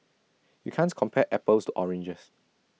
you can't compare apples to oranges